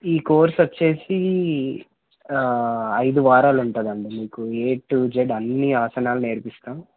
ఈ కోర్స్ వచ్చేసి ఐదు వారాలు ఉంటుందండి మీకు ఏ టు జెడ్ అన్ని ఆసనాలు నేర్పిస్తాం